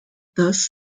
thus